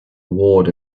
ward